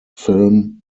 film